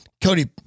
Cody